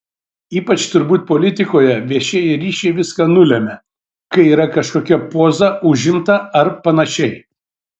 ypač turbūt politikoje viešieji ryšiai viską nulemia kai yra kažkokia poza užimta ar panašiai